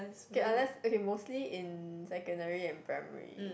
okay unless okay mostly in secondary and primary